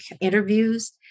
interviews